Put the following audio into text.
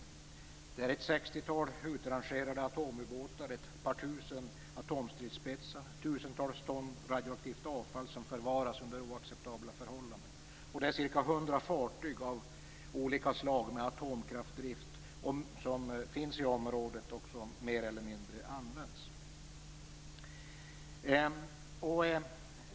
Det finns i området ett sextiotal utrangerade atomubåtar, ett par tusen atomstridsspetsar, tusentals ton radioaktivt avfall som förvaras under oacceptabla förhållanden och cirka hundra fartyg av olika slag med atomkraftdrift som mer eller mindre används.